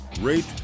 rate